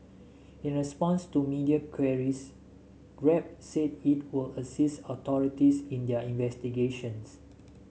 in response to media queries Grab said it would assist authorities in their investigations